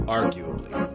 arguably